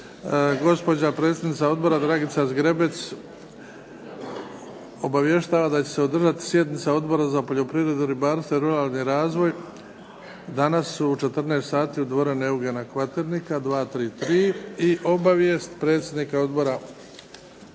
Gospođa predsjednica odbora Dragica Zgrebec obavještava da će se održati sjednica Odbora za poljoprivredu, ribarstvo i ruralni razvoj danas u 14 sati u dvorani Eugena Kvaternika 233. I obavijest predsjednika Odbora